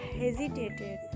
hesitated